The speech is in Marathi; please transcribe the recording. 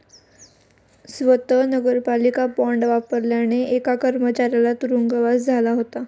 स्वत नगरपालिका बॉंड वापरल्याने एका कर्मचाऱ्याला तुरुंगवास झाला होता